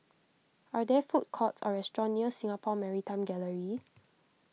are there food courts or restaurants near Singapore Maritime Gallery